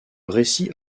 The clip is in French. récit